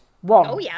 One